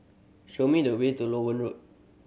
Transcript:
show me the way to Loewen Road